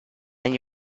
and